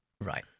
Right